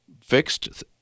fixed